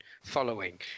following